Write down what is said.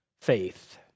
faith